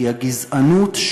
כי הגזענות,